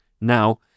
Now